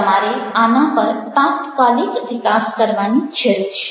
તમારે આના પર તાત્કાલિક વિકાસ કરવાની જરૂર છે